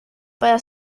para